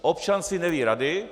Občan si neví rady.